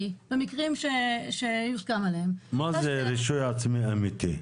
למקרים שיוסכם עליהם -- מה זה רישוי עצמי אמיתי?